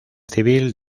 civil